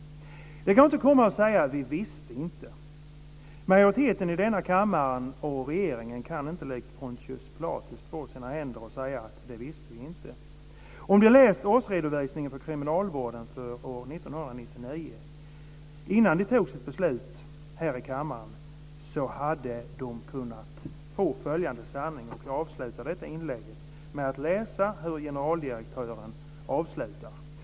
Det går inte att säga att man inte visste detta. Majoriteten i kammaren och regeringen kan inte likt Pontius Pilatus två sina händer och säga: Det visste vi inte. Om man hade läst årsredovisningen för kriminalvården för år 1999 innan man fattade beslut här i kammaren hade man kunnat ta till sig följande sanning. Jag avslutar mitt inlägg med att läsa hur generaldirektören avslutar sin summering.